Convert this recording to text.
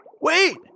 Wait